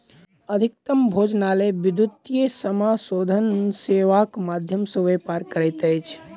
अधिकतम भोजनालय विद्युतीय समाशोधन सेवाक माध्यम सॅ व्यापार करैत अछि